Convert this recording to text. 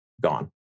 Gone